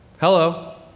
Hello